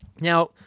Now